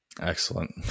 Excellent